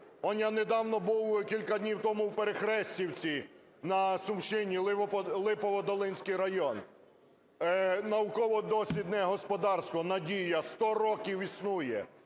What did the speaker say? я недавно, був кілька днів тому в Перехрестівці на Сумщині, Липоводолинський район. Науково-дослідне господарство "Надія" 100 років існує